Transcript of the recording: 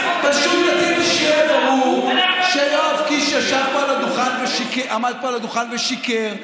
פשוט רציתי שיהיה ברור שיואב קיש עמד פה על הדוכן ושיקר,